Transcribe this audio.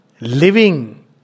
Living